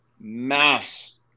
mass